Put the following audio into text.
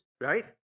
right